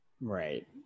Right